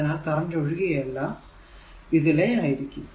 അതിനാൽ കറന്റ് ഒഴുകുക ഇതിലെ ആയിരിക്കും